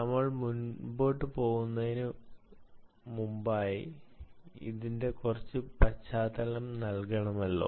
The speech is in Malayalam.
നമ്മൾ മുന്പോട്ടു പോകുന്നതിനുമുമ്പ് ഞാൻ നിങ്ങൾക്ക് കുറച്ച് പശ്ചാത്തലം നൽകണമല്ലോ